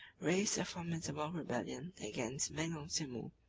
raised a formidable rebellion against mengo timour,